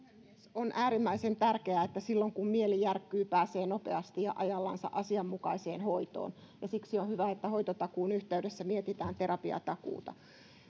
on äärimmäisen tärkeää että silloin kun mieli järkkyy pääsee nopeasti ja ajallansa asianmukaiseen hoitoon ja siksi on hyvä että hoitotakuun yhteydessä mietitään terapiatakuuta